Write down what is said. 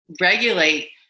regulate